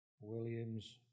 Williams